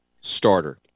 starter